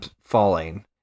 falling